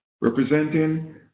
representing